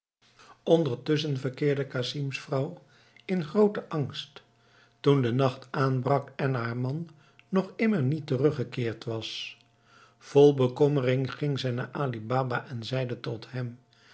ondertusschen verkeerde casim's vrouw in grooten angst toen de nacht aanbrak en haar man nog immer niet teruggekeerd was vol bekommering ging zij naar ali baba en zeide tot hem